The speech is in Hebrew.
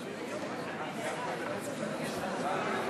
חברת הכנסת גילה גמליאל,